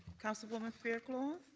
councilwoman fairclough.